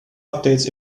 updates